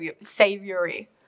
Savory